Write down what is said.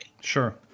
Sure